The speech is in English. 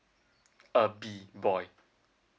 uh B boy